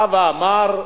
בא ואמר: